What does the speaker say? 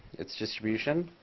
it's distribution?